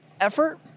effort